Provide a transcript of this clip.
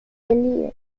lille